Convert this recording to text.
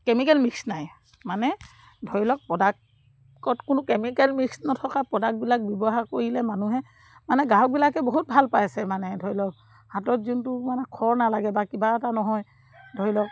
chemical mix নাই মানে ধৰি লওক প্ৰডাক্টত কোনো কেমিকেল মিক্স নথকা প্ৰডাক্টবিলাক ব্যৱহাৰ কৰিলে মানুহে মানে গ্ৰাহবিলাকে বহুত ভাল পাইছে মানে ধৰি লওক হাতত যোনটো মানে খৰ নালাগে বা কিবা এটা নহয় ধৰি লওক